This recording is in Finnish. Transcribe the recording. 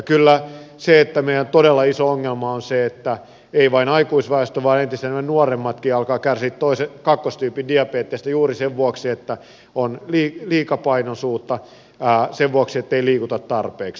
kyllä meillä todella iso ongelma on se että ei vain aikuisväestö vaan entistä enemmän nuoremmatkin alkavat kärsiä kakkostyypin diabeteksesta juuri sen vuoksi että on liikapainoisuutta sen vuoksi ettei liikuta tarpeeksi